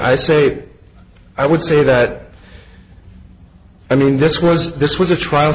i say i would say that i mean this was this was a trial